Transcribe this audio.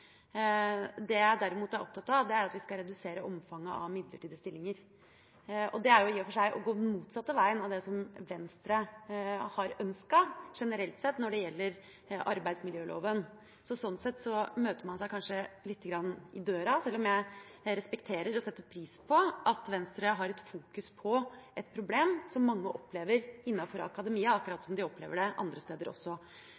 Det jeg derimot er opptatt av, er at vi skal redusere omfanget av midlertidige stillinger. Det er i og for seg å gå den motsatte veien av det som Venstre generelt sett har ønsket når det gjelder arbeidet med arbeidsmiljøloven. Sånn sett møter man seg kanskje litt i døra, sjøl om jeg respekterer og setter pris på at Venstre fokuserer på et problem som mange opplever innenfor akademia, akkurat